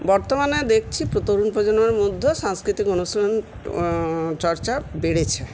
বর্তমানে দেখছি তরুণ প্রজন্মের মধ্যেও সাংস্কৃতিক অনুষ্ঠান চর্চা বেড়েছে